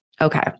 Okay